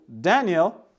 Daniel